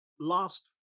last